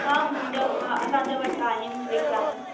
हा मुंहिंजा हा असांजा वटि आहिनि ब्रिक्स आहिनि